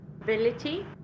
ability